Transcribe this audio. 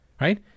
right